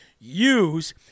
Use